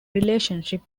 relationship